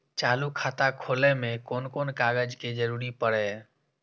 चालु खाता खोलय में कोन कोन कागज के जरूरी परैय?